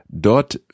Dort